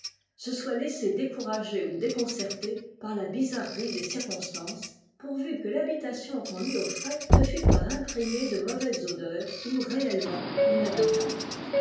se soit laissé décourager ou déconcerter par la bizarrerie des circonstances pourvu que rhabitation qu'on lui offrait ne fût pas imprégnée de mauvaises odeurs ou réellement inhabitable